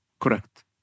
Correct